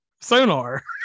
Sonar